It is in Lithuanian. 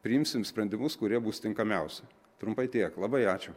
priimsim sprendimus kurie bus tinkamiausi trumpai tiek labai ačiū